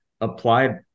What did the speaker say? applied